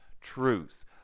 truth